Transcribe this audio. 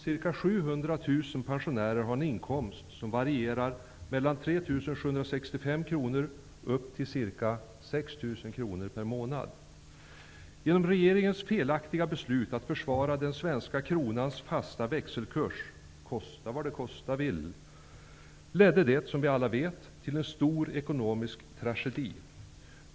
Ca 700 000 pensionärer har en inkomst som varierar mellan 3 765 kr och ca 6 000 Regeringens felaktiga beslut att försvara den svenska kronans fasta växelkurs -- kosta vad det kosta vill -- ledde, som vi alla vet, till en stor ekonomisk tragedi.